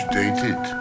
dated